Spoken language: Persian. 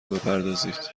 بپردازید